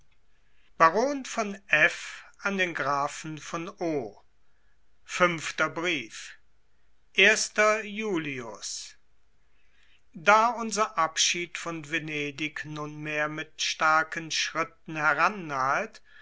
baron von f an den grafen von o fünfter brief julius da unser abschied von venedig nunmehr mit starken schritten